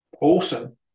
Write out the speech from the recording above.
Awesome